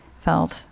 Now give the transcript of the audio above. felt